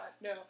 no